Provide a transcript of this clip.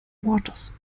waters